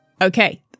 Okay